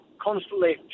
constantly